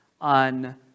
on